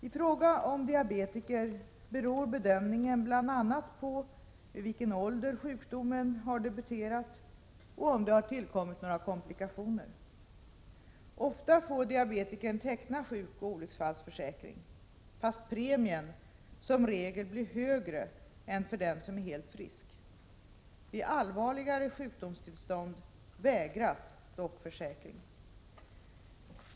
I fråga om diabetiker beror bedömningen bl.a. på vid vilken ålder sjukdomen har debuterat och om det har tillkommit några komplikationer. Ofta får diabetikern teckna sjukoch olycksfallsförsäkring, fast premien som regel blir högre än för den som är helt frisk. Vid allvarligare sjukdomstillstånd vägras dock försäkring.